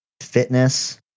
fitness